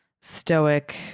stoic